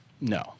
No